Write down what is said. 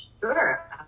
Sure